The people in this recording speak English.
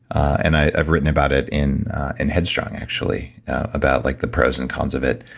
and i've written about it in and head strong, actually about like the pros and cons of it.